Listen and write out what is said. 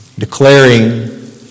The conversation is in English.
Declaring